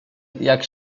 jak